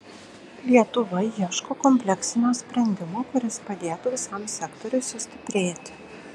lietuva ieško kompleksinio sprendimo kuris padėtų visam sektoriui sustiprėti